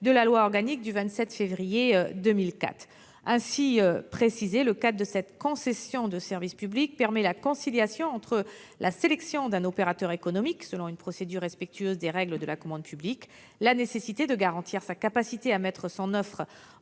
de la loi organique du 27 février 2004. Ainsi précisé, le cadre de cette concession de service public permet la conciliation entre la sélection d'un opérateur économique, selon une procédure respectueuse des règles de la commande publique, la nécessité de garantir sa capacité à mettre son offre